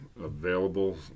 available